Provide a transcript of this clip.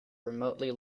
remotely